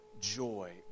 joy